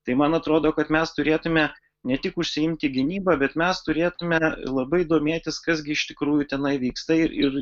tai man atrodo kad mes turėtume ne tik užsiimti gynyba bet mes turėtume labai domėtis kas gi iš tikrųjų tenai vyksta ir